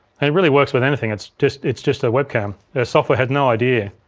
and it really works with anything, it's just it's just a webcam. the software has no idea.